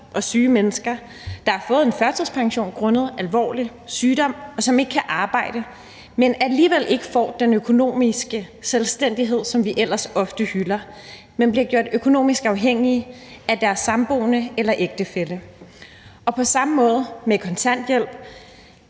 og syge mennesker, der har fået en førtidspension grundet alvorlig sygdom, og som ikke kan arbejde, men som alligevel ikke får den økonomiske selvstændighed, som vi ellers ofte hylder, og bliver gjort økonomisk afhængige af deres sambo eller ægtefælle; og på samme måde er der ved kontanthjælp